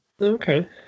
Okay